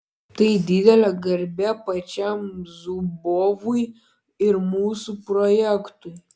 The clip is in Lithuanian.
tai didelė garbė pačiam zubovui ir mūsų projektui